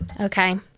Okay